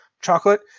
chocolate